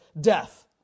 death